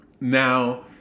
Now